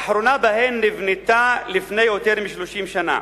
האחרונה בהן נבנתה לפני יותר מ-30 שנה.